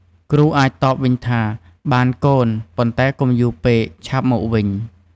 គ្រូអាចតបវិញថា បានកូន ប៉ុន្តែកុំយូរពេក ឆាប់មកវិញ។